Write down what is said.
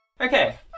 Okay